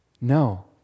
No